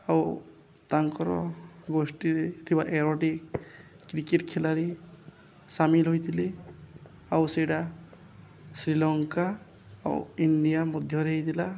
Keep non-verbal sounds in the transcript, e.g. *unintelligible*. ଆଉ ତାଙ୍କର ଗୋଷ୍ଠୀରେ ଥିବା *unintelligible* କ୍ରିକେଟ୍ ଖେଳାଳି ସାମିଲ ହୋଇଥିଲି ଆଉ ସେଇଟା ଶ୍ରୀଲଙ୍କା ଆଉ ଇଣ୍ଡିଆ ମଧ୍ୟରେ ହେଇଥିଲା